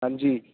ਹਾਂਜੀ